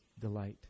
delight